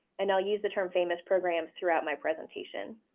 and i'll use the term famis programs throughout my presentation.